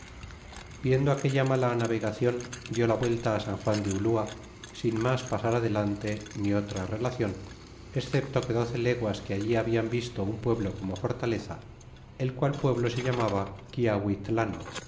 viendo aquella mala navegacion di la vuelta san juan de ulua sin mas pasar adelante ni otra relacion excepto que doce leguas de allí hablan visto un pueblo como fortaleza el qual pueblo se llamaban quialmitlan